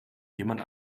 jemand